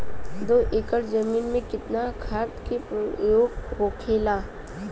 दो एकड़ जमीन में कितना खाद के प्रयोग होखेला?